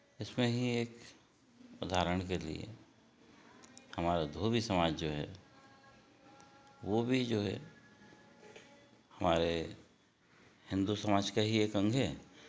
इसमें ही एक उदाहरण के लिए हमारा धोबी समाज जो है वो भी जो है हमारे हिंदू समाज का ही एक अंग है